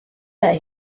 that